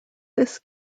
this